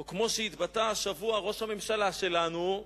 או כמו שהתבטא השבוע ראש הממשלה שלנו,